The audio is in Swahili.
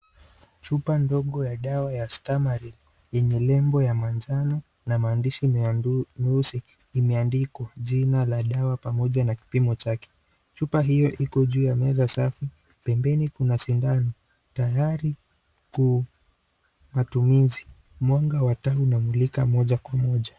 Chupa ndogo ya dawa ya Stamaril yenye lebo ya manjano na maandishi ya matumizi imeandikwa, jina la dawa pamoja na kipimo chake. Chupa hiyo iko juu ya meza safi. Pembeni kuna sindano tayari kwa matumizi. Mwanga wa taa unamulika moja kwa moja.